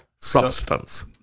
substance